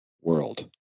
world